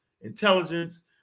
intelligence